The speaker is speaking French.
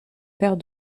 père